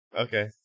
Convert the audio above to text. Okay